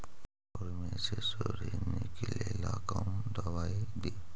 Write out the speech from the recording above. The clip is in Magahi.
चाउर में से सुंडी निकले ला कौन दवाई दी?